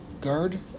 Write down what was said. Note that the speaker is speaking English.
guard